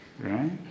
Right